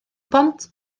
bont